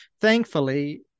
thankfully